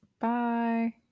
Bye